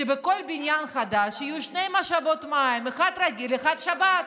שבכל בניין חדש יהיו שתי משאבות מים: אחת רגילה ואחת שבת.